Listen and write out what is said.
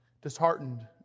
disheartened